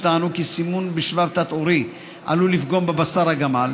שטענו כי סימון בשבב תת-עורי עלול לפגום בבשר הגמל,